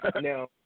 now